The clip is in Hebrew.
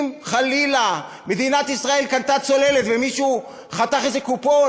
אם חלילה מדינת ישראל קנתה צוללת ומישהו חתך איזה קופון,